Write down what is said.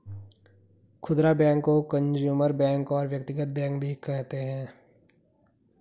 खुदरा बैंक को consumer bank और व्यक्तिगत बैंक भी कहते हैं